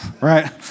right